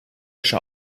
wäsche